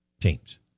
teams